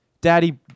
Daddy